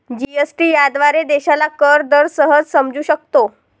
GST याद्वारे देशाला कर दर सहज समजू शकतो